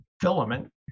filament